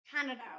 Canada